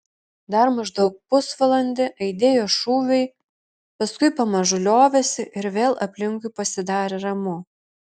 dar maždaug pusvalandį aidėjo šūviai paskui pamažu liovėsi ir vėl aplinkui pasidarė ramu